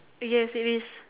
yes it is